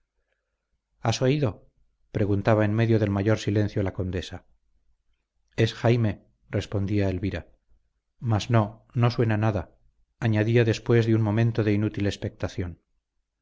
has oído preguntaba en medio del mayor silencio la condesa es jaime respondía elvira mas no no suena nada añadía después de un momento de inútil expectación